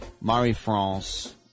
Marie-France